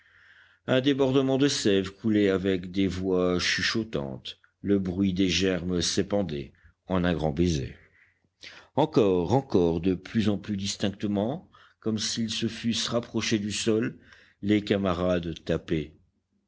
un débordement de sève coulait avec des voix chuchotantes le bruit des germes s'épandait en un grand baiser encore encore de plus en plus distinctement comme s'ils se fussent rapprochés du sol les camarades